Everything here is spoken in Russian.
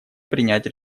принять